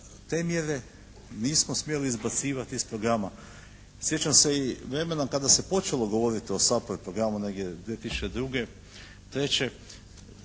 te mjere nismo smjeli izbacivati iz programa. Sjećam se i vremena kada se je počelo govoriti o SAPARD programu, negdje